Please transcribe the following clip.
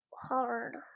Hard